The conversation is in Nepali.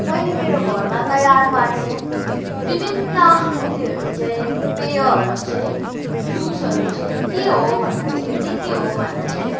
मैले मेरो घरमा तयार पार्ने विभिन्न उत्योहरू चाहिँ पेयहरू चाहिँ जुसहरू चाहिँ के हो भन्दा चाहिँ के के हो भन्दा चाहिँ